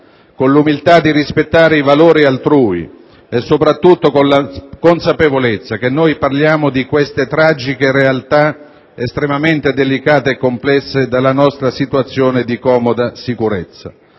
con l'umiltà di rispettare i valori altrui, e soprattutto con la consapevolezza che noi parliamo di queste tragiche realtà, estremamente delicate e complesse, dalla nostra situazione di comoda sicurezza.